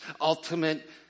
ultimate